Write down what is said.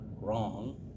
wrong